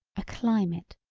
a climate,